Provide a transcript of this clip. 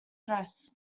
dress